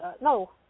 no